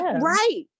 Right